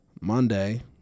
Monday